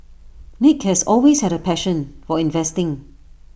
nick has always had A passion for investing